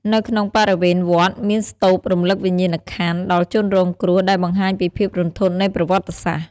នៅក្នុងបរិវេណវត្ត មានស្តូបរំលឹកវិញ្ញាណក្ខន្ធដល់ជនរងគ្រោះ ដែលបង្ហាញពីភាពរន្ធត់នៃប្រវត្តិសាស្ត្រ។